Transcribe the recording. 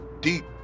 deep